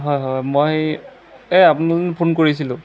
হয় হয় মই এই আপোনাক যে ফোন কৰিছিলোঁ